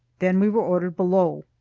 then we were ordered below.